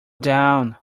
down